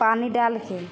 पानी डालिके